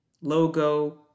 logo